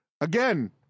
Again